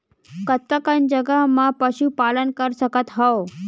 कतका कन जगह म पशु पालन कर सकत हव?